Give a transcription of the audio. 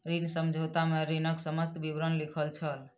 ऋण समझौता में ऋणक समस्त विवरण लिखल छल